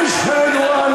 שלו,